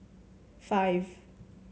five